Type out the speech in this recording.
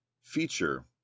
feature